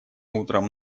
утром